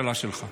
שלך,